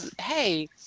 Hey